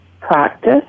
practice